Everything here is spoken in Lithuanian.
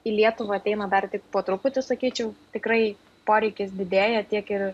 į lietuvą ateina dar tik po truputį sakyčiau tikrai poreikis didėja tiek ir